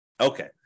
okay